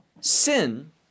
sin